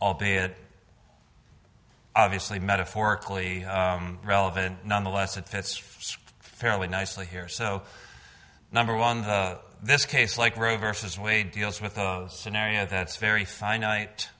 albeit obviously metaphorically relevant nonetheless attests fairly nicely here so number one this case like roe versus wade deals with a scenario that's very finite